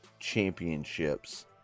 Championships